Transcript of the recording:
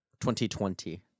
2020